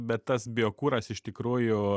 bet tas biokuras iš tikrųjų